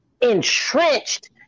entrenched